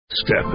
Step